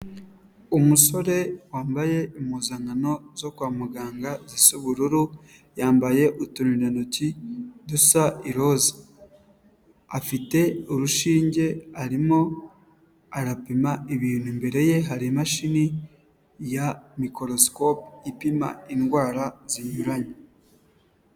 Umusore wambaye impuzankano zo kwa muganga zisa ubururu yambaye uturindantoki dusa iroza, afite urushinge arimo arapima ibintu, imbere ye hari imashini ya mikorosikopu ipima indwara zinyuranye.